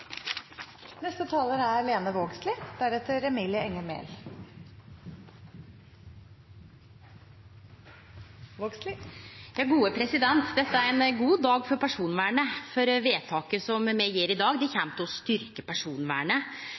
Dette er ein god dag for personvernet, for vedtaket som me fattar i dag, kjem til å styrkje personvernet